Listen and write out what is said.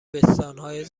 بستانهای